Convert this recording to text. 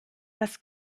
was